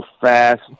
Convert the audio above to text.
fast